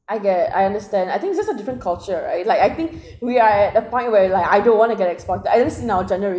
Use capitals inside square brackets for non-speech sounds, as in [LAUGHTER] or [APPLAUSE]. I eh I understand I think is just a different culture right like I think [BREATH] we are at a point where like I don't want to get exploited I guess in our generation